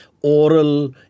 oral